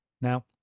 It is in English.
now